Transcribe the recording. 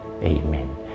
Amen